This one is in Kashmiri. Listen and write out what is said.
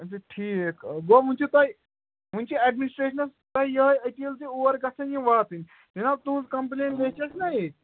اچھا ٹھیٖک گوٚو ونۍ چھُو تۄہہِ وٕنۍ چھُ ایٚڈمنِسٹریشن تۄہہ یِہے أپیٖل زِ اور گژھن یہِ واتٕنۍ جِناب تُہٕنٛز کَمپٕلین لیٚچھ اَسہِ نا یہ